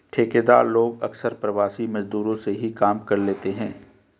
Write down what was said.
ठेकेदार लोग अक्सर प्रवासी मजदूरों से ही काम लेते हैं